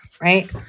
right